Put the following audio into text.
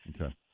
Okay